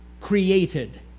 created